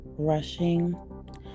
Rushing